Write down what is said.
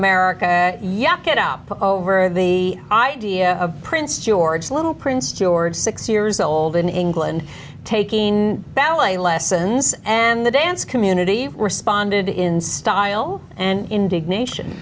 america yuck it up over the idea of prince george little prince george six years old in england taking ballet lessons and the dance community responded in style and indignation